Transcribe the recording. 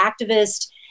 activist